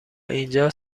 اینجا